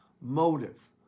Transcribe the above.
motive